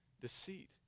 deceit